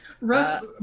Russ